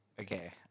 Okay